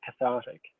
cathartic